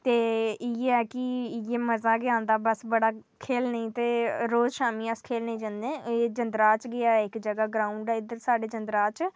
ते इ'यै के इ'यै मजा गै औंदा बस बड़ा खेढने गी ते रोज़ शामी अस खेढने गी जंदे जिन्द्राह च गै इक जगह जित्थै ग्राउडं ऐ जिन्द्राह च